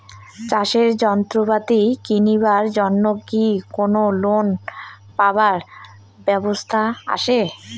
চাষের যন্ত্রপাতি কিনিবার জন্য কি কোনো লোন পাবার ব্যবস্থা আসে?